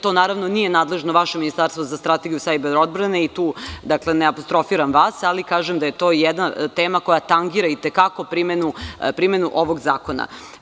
To, naravno, nije nadležno vaše ministarstvo za strategiju sajber odbrane i tu ne apostrofiram vas, ali kažem da je to jedna tema koja tangira i te kako primenu ovog zakona.